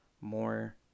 more